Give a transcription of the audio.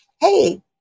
hey